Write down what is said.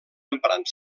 emprant